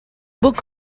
book